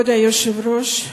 כבוד היושב-ראש,